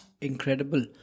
incredible